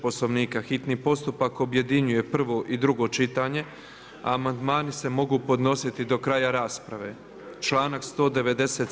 Poslovnika, hitni postupak objedinjuje prvo i drugo čitanje, a amandmani se mogu podnositi do kraja rasprave, članak 197.